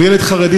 וילד חרדי,